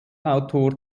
autor